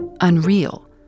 unreal